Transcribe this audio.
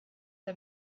der